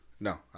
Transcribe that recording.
No